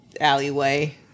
alleyway